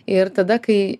ir tada kai